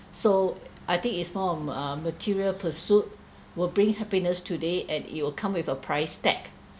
so I think is more of um material pursuit will bring happiness today and it will come with a price tag